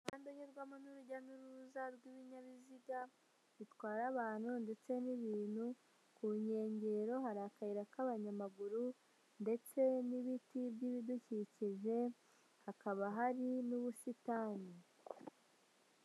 Umuhanda unyurwamo n'urujya n'uruza rw'ibinyabiziga bitwara abantu ndetse n'ibintu, ku nkengero hari akayira k'abanyamaguru ndetse n'ibiti by'ibidukikije, hakaba hari n'ubusitani.